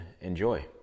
enjoy